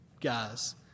guys